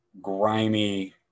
grimy